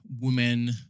women